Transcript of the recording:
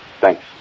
Thanks